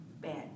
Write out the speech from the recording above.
bad